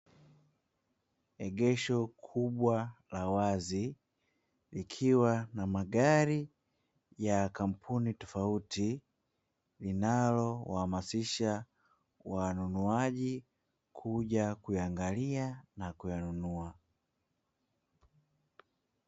Egesho kubwa la wazi likiwa na magari ya kampuni tofauti linalowahamasisha wanunuaji kuja kuyaangalia na kuyanunua.